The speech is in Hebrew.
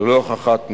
ללא הוכחת נזק.